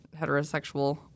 heterosexual